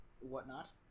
whatnot